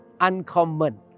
uncommon